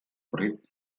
brett